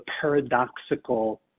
paradoxical